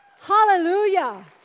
Hallelujah